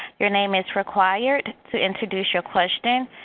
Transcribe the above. your name is required to introduce your question.